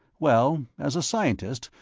well, as a scientist,